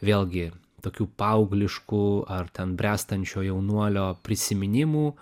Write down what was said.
vėlgi tokių paaugliškų ar ten bręstančio jaunuolio prisiminimų